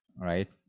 right